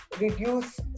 reduce